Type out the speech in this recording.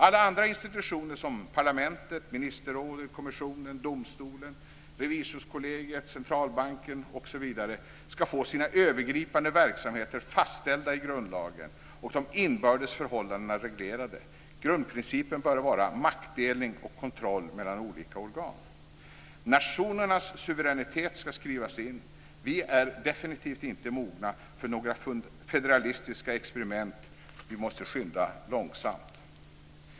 Alla andra institutioner, som parlamentet, ministerrådet, kommissionen, domstolen, revisorskollegiet, centralbanken osv., ska få sina övergripande verksamheter fastställda i grundlagen och de inbördes förhållandena reglerade. Grundprincipen bör vara maktdelning och kontroll mellan olika organ. Nationernas suveränitet ska skrivas in. Vi är definitivt inte mogna för några federalistiska experiment. Vi måste skynda långsamt.